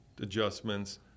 adjustments